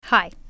Hi